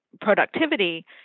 productivity